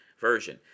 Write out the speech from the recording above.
version